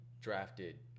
drafted